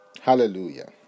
Hallelujah